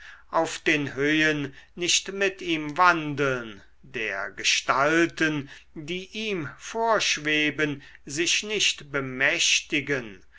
auf den höhen nicht mit ihm wandeln der gestalten die ihm vorschweben sich nicht bemächtigen